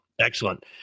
Excellent